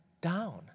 down